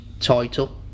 title